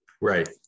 Right